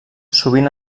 sovint